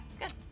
Good